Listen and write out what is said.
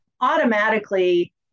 automatically